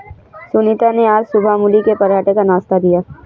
सुनीता ने आज सुबह मूली के पराठे का नाश्ता दिया